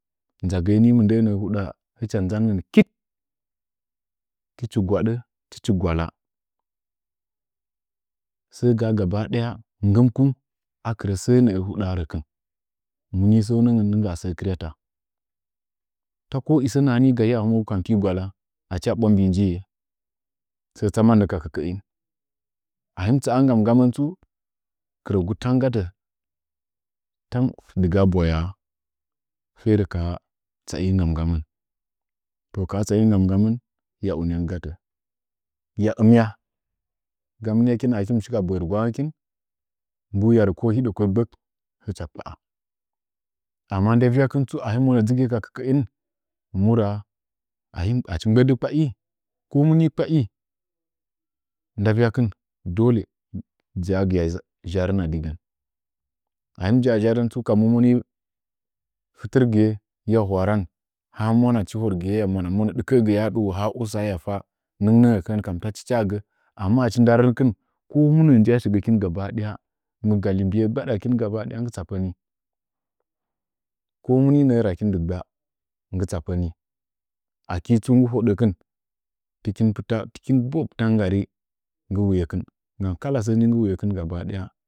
Nʒaɣiye mɨndə nəə huda hɨcha nʒanngən sɨd, tichi gwadə tuchi gwala səə ga’a gabada nggɨmkin akrə səənə hudaa təkɨn munim səuməngən nɨnggaa səə kɨryala ta ko isa nahani a hɨmwagu kam tɨgwala, achi a bwa mbu njiye səə jaannə ka kəkəin kam a him jaa nggangga mən tsu kɨrəgu tan gatə ferə ka ha bwayaa ferə ka haa tsai nggain nggaimən, to kahaa tsai nggam nggamən hiya unyan gatə huya ɨmuya, ga mɨnyakin a hikin mɨshi ka boye rigwangəkin gri ya rə ko hudə ko gbək hicha kpa’a amma nda vyakin tsu a hin monə dʒɨgiye ka kəkəin, mu raa achi mbgbədə kpai, ko muni kpai nda vyakin dolə jnagiya zharona digon, a hin njaa zharən tsu kabu moni a kɨɓwadi hiya hwaradɨ, ha mwachi horgɨye hiya sɨkə’ətɨna dəwo, ha usa ya fa nɨnnɨngəkon kam ta tɨcha gə, ama achi nda rɨnkɨn ko mu nəə jaa shigəkin gabaɗaya nda mbu ye gbadakɨn gabada nggɨ tsapəni ko muninə rakin dɨgbaa nggɨ tsapə ni aki tsu nggɨ hodəkin tɨkin pita tɨkin boə pita nggari nggɨ wuye kin kalasə nyi nggɨ wuyekin gabadaya